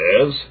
says